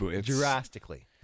Drastically